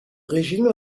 régime